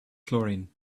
chlorine